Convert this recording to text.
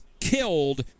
killed